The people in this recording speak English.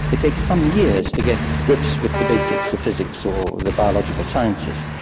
it takes some years to get to grips with the basics of physics or the biological sciences.